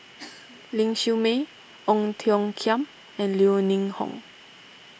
Ling Siew May Ong Tiong Khiam and Yeo Ning Hong